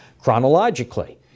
chronologically